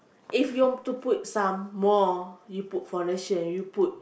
if you're to put some more you put foundation you put